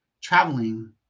traveling